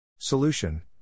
Solution